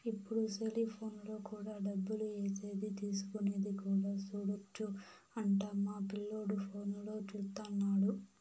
ఇప్పుడు సెలిపోనులో కూడా డబ్బులు ఏసేది తీసుకునేది కూడా సూడొచ్చు అంట మా పిల్లోడు ఫోనులో చూత్తన్నాడు